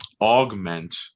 augment